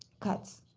cuts,